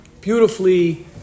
beautifully